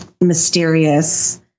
mysterious